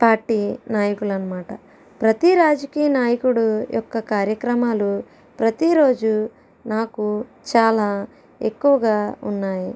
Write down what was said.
party నాయకులు అనమాట ప్రతి రాజకీయ నాయకుడు యొక్క కార్యక్రమాలు ప్రతిరోజు నాకు చాలా ఎక్కువగా ఉన్నాయి